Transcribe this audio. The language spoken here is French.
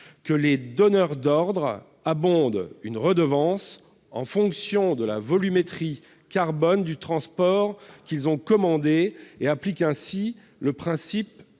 que les donneurs d'ordres abondent une redevance en fonction de la volumétrie carbone du transport qu'ils ont commandé et appliquent ainsi le principe